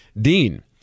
Dean